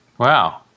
Wow